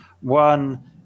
One